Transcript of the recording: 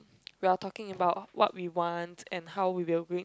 we are talking about what we want and how we will bring